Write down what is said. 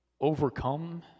overcome